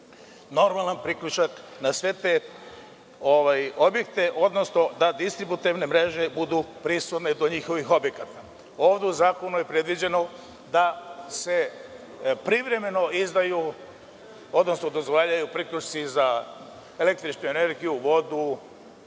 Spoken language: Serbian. normalan priključak na sve te objekte, odnosno da distributerne mreže budu prisutne do njihovih objekata. Ovde u zakonu je predviđeno da se privremeno izdaju, odnosno dozvoljavaju priključci za električnu energiju, vodu,